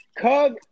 Cub